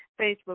Facebook